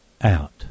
out